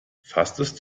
fastest